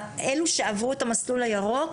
אלו שעברו את המסלול הירוק,